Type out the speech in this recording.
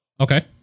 Okay